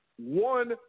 one